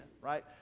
right